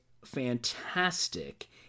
Fantastic